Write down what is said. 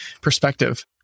perspective